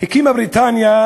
הקימה בריטניה,